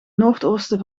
noordoosten